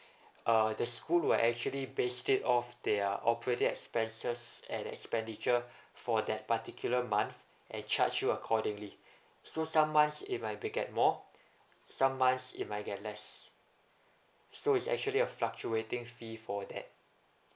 uh the school will actually pay straight off their operating expenses and its expenditure for that particular month and charge you accordingly so some months it might be get more some months it might get less so it's actually a fluctuating fee for that